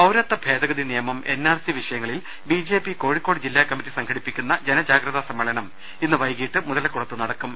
പൌരത്വ ഭേദഗതി നിയമം എൻ ആർ സി വിഷയങ്ങളിൽ ബി ജെ പി കോഴിക്കോട് ജില്ലാ കമ്മറ്റി സംഘടിപ്പിക്കുന്ന ജനജാഗ്രതാ സമ്മേളനം ഇന്ന് വൈകീട്ട് മുതലക്കുളത്ത് നടക്കും